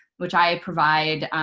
which i provide,